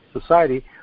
society